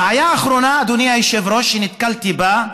בעיה אחרונה, אדוני היושב-ראש, שנתקלתי בה: